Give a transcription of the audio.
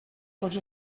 tots